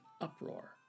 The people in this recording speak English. uproar